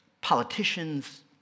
politicians